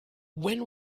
when